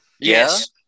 yes